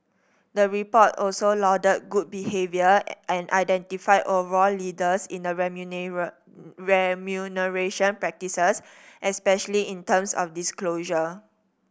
the report also lauded good behaviour and identified overall leaders in a remuneration practices especially in terms of disclosure